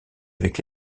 avec